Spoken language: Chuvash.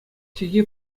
чӗлхи